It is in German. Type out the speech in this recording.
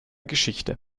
geschichte